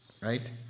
Right